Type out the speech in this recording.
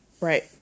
Right